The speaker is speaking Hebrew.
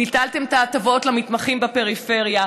ביטלתם את ההטבות למתמחים בפריפריה,